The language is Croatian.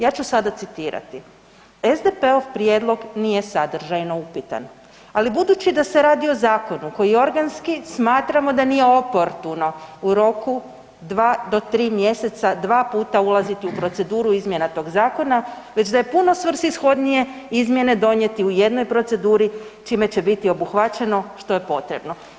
Ja ću sada citirati: „SDP-ov prijedlog nije sadržajno upitan, ali budući da se radi o zakonu koji je organski, smatramo da nije oportuno u roku 2 do 3 mjeseca 2 puta ulaziti u proceduru izmjena tog zakona, već da je puno svrsishodnije izmjene donijeti u jednoj proceduri, čime će biti obuhvaćeno što je potrebno“